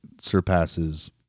surpasses